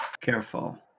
careful